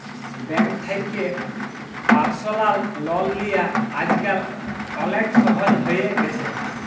bank থ্যাকে personal loan লিয়া আইজকাল অলেক সহজ হ্যঁয়ে গেছে